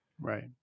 Right